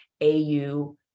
AU